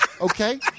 Okay